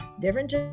Different